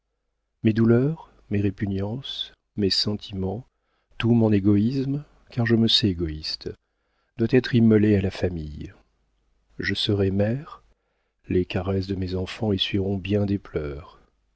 mes douleurs mes répugnances mes sentiments tout mon égoïsme car je me sais égoïste doit être immolé à la famille je serai mère les caresses de mes enfants essuieront bien des pleurs